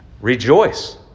Rejoice